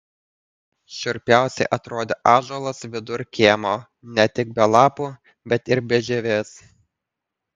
šiurpiausiai atrodė ąžuolas vidur kiemo ne tik be lapų bet ir be žievės